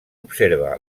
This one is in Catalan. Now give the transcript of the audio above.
observa